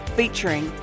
featuring